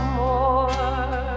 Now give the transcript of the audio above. more